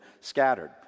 scattered